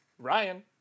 Ryan